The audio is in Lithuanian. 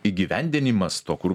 įgyvendinimas to kur